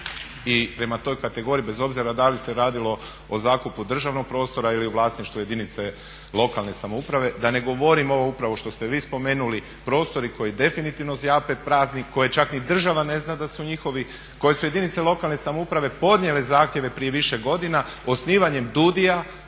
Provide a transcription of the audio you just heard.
i prema toj kategoriji bez obzira da li se radilo o zakupu državnog prostora ili u vlasništvu jedinice lokalne samouprave. Da ne govorim ovo upravo što ste vi spomenuli prostori koji definitivno zjape prazni, koje čak ni država ne zna da su njihovi, koje su jedinice lokalne samouprave podnijele zahtjeve prije više godina osnivanjem DUUDI-a